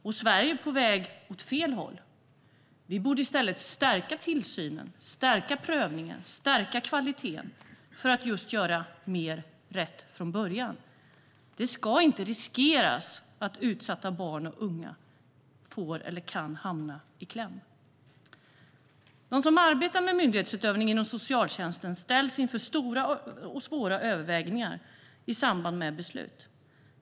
Men Sverige är på väg åt fel håll. Vi borde i stället stärka tillsynen, stärka prövningen och stärka kvaliteten för att göra mer rätt från början. Vi ska inte riskera att utsatta barn och unga hamnar i kläm. De som arbetar med myndighetsutövning inom socialtjänsten ställs inför svåra överväganden i samband med beslut.